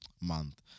month